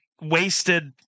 wasted